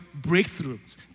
breakthroughs